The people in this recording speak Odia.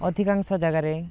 ଅଧିକାଂଶ ଜାଗାରେ